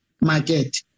market